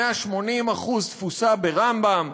180% תפוסה ברמב"ם,